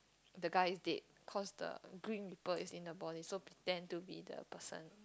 the guy is dead cause the grim reaper is in the body so pretend to be the person